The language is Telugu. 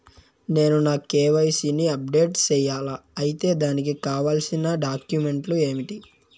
నేను నా కె.వై.సి ని అప్డేట్ సేయాలా? అయితే దానికి కావాల్సిన డాక్యుమెంట్లు ఏమేమీ?